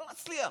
לא מצליח.